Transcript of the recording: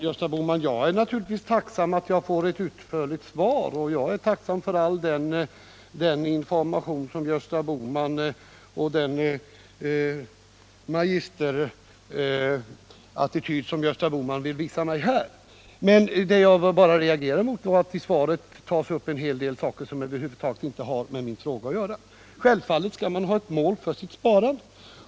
Herr talman! Jag är naturligtvis tacksam, Gösta Bohman, för att jag får ett utförligt svar, för all den information som Gösta Bohman ger mig och för den mapgisterattityd som Gösta Bohman vill visa mig här. Men det som jag reagerar mot är att i svaret tas upp en hel del saker som över huvud taget inte har med min fråga att göra. Självfallet skall man ha ett mål för sitt sparande.